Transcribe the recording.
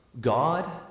God